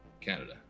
Canada